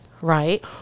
right